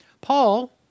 Paul